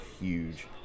huge